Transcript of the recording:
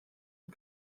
and